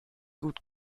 gut